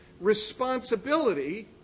Responsibility